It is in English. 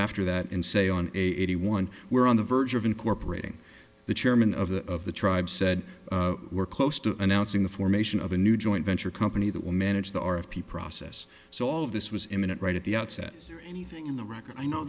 after that and say on eighty one we're on the verge of incorporating the chairman of the of the tribe said we're close to announcing the formation of a new joint venture company that will manage the r a p process so all of this was imminent right at the outset anything in the record i know